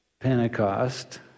Pentecost